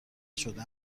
شده